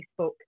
Facebook